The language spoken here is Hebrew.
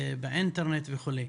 ובאינטרנט וכו'.